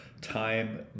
time